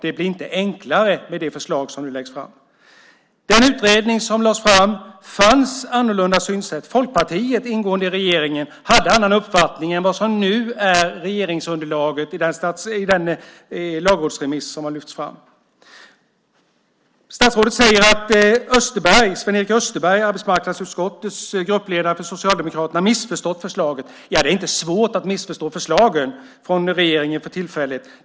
Det blir inte enklare med det förslag som nu läggs fram. I den utredning som lades fram fanns ett annorlunda synsätt. Folkpartiet som ingår i regeringen hade en annan uppfattning än vad som nu är uppfattningen hos regeringsunderlaget i den lagrådsremiss som har lyfts fram. Statsrådet säger att gruppledaren för Socialdemokraterna, arbetsmarknadsutskottets vice ordförande Sven-Erik Österberg, har missförstått förslaget. Det är inte svårt att missförstå förslagen från regeringen för tillfället.